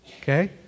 Okay